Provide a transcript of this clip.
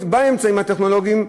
הטכנולוגית, באמצעים הטכנולוגיים,